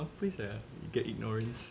apa sia get ignorance